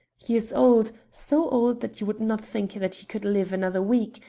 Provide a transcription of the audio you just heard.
he is old, so old that you would not think that he could live another week,